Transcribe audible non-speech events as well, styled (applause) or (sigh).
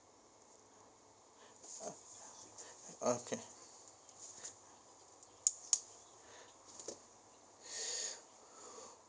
ah okay (breath)